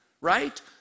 right